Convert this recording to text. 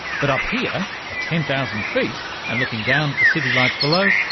but up here at ten thousand feet and looking down at the city lights below,